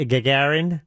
Gagarin